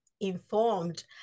informed